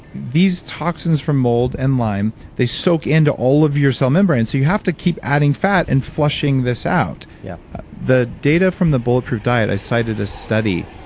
these toxins from mold and lyme, they soak into all of your cell membranes so you have to keep adding fat and flushing this out. yeah the data from the bulletproof diet, i cited a study.